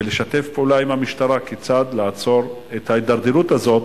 ולשתף פעולה עם המשטרה בשאלה כיצד לעצור את ההידרדרות הזאת.